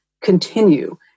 continue